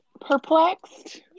perplexed